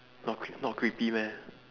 not creep~ not creepy meh